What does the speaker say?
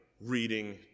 reading